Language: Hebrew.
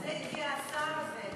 בגלל זה הגיע השר הזה.